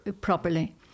properly